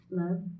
love